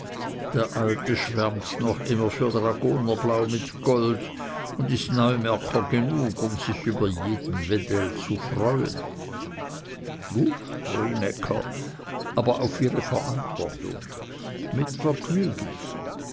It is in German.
der alte schwärmt noch immer für dragonerblau mit gold und ist neumärker genug um sich über jeden wedell zu freuen gut rienäcker aber auf ihre verantwortung mit vergnügen